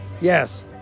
yes